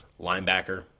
linebacker